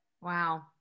Wow